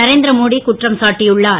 நரேந்திரமோடி குற்றம் சாட்டியுள்ளார்